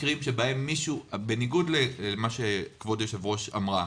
בניגוד למה שכבוד יושבת הראש אמרה,